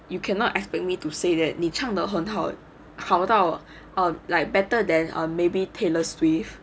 you cannot expect me to say that 你唱得很好好到 um like better than or maybe taylor swift